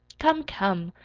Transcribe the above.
come, come!